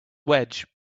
wedge